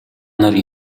нар